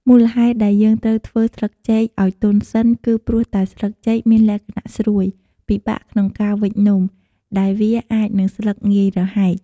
មូលហេតុដែលយើងត្រូវធ្វើស្លឹកចេកឲ្យទន់សិន គឺព្រោះតែស្លឹកចេកមានលក្ខណៈស្រួយ ពិបាកក្នុងការវេចនំ ដែលវាអាចនឹងស្លឹកងាយរហែក។